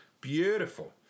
Beautiful